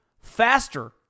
faster